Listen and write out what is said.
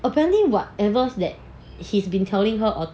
apparently whatever that he's been telling her on